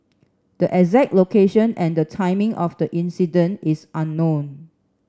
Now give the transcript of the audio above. the exact location and the timing of the incident is unknown